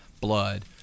blood